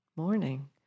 Morning